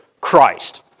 Christ